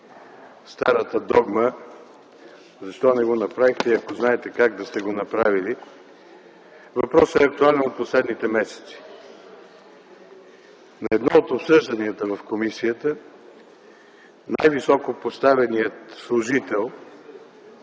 старата догма – „защо не го направихте и ако знаехте как, да сте го направили”, въпросът е актуален от последните месеци. На едно от обсъжданията в комисията най-високо поставеният служител,